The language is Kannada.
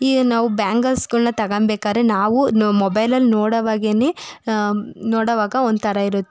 ಈಗ ನಾವು ಬ್ಯಾಂಗಲ್ಸ್ಗಳನ್ನ ತಗಂಬೇಕಾರೆ ನಾವು ಮೊಬೈಲಲ್ಲಿ ನೋಡೋವಾಗೇನೆ ನೋಡೋವಾಗ ಒಂಥರ ಇರುತ್ತೆ